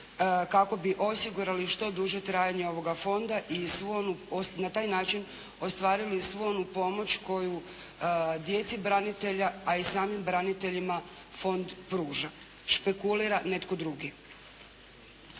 kako bi osigurali što duže trajanje ovoga Fonda i na taj način ostvarili svu onu pomoć koju djeci branitelja, a i samim braniteljima Fond pruža. Špekulira netko drugi!